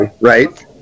right